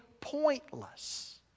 pointless